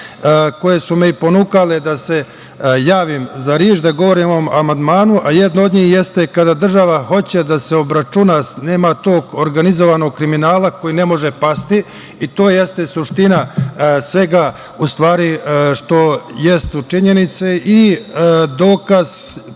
koje su me ponukale da se javim za reč, da govorim o amandmanu, a jedna od njih jeste da kada država hoće da se obračuna, nema tog organizovanog kriminala koji ne može pasti i to jeste suština svega što su činjenice. Dokaz tome